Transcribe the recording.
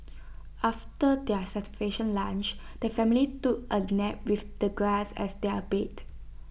after their satisfaction lunch the family took A nap with the grass as their bed